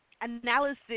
analysis